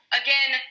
again